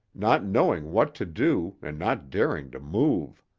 not knowing what to do and not daring to move.